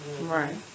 Right